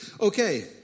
Okay